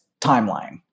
timeline